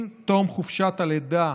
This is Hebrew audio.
עם תום חופשת הלידה